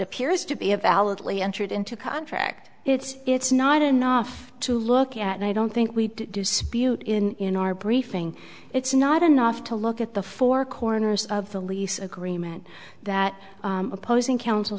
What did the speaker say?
appears to be a valid lee entered into a contract it's it's not enough to look at i don't think we dispute in our briefing it's not enough to look at the four corners of the lease agreement that opposing counsel